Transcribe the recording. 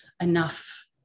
enough